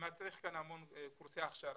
זה מצריך הרבה קורסי הכשרה.